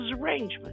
arrangement